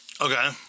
Okay